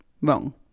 Wrong